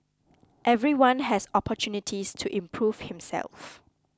everyone has opportunities to improve himself